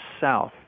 south